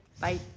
Bye